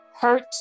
hurt